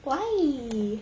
why